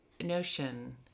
notion